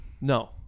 no